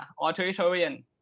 authoritarian